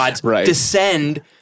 descend